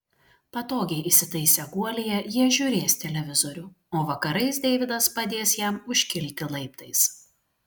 patogiai įsitaisę guolyje jie žiūrės televizorių o vakarais deividas padės jam užkilti laiptais